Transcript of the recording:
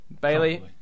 Bailey